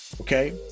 okay